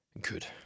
good